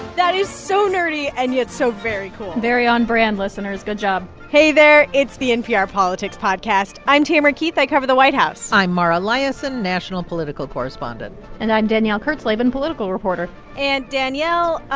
that is so nerdy and yet so very cool very on-brand, listeners. good job hey there. it's the npr politics podcast. i'm tamara keith. i cover the white house i'm mara liasson, national political correspondent and i'm danielle kurtzleben, political reporter and danielle,